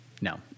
No